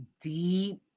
deep